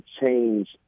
change